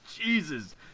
Jesus